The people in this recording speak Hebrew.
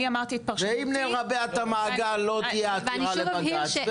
ואם נרבע את המעגל לא תהיה עתירה לבג"ץ,